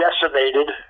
decimated